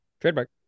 Trademark